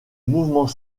mouvement